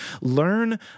Learn